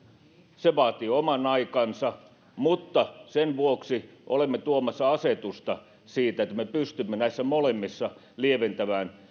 se vaatii oman aikansa sen vuoksi olemme tuomassa asetusta siitä että me pystymme näissä molemmissa lieventämään